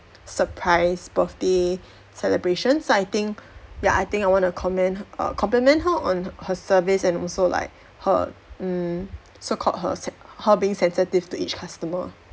surprise birthday celebration so I think ya I think I want to commend h~ uh compliment her on h~ her service and also like her mm so called her sen~ her being sensitive to each customer